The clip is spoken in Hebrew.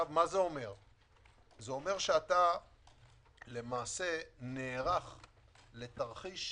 זה אומר שאתה נערך לתרחיש,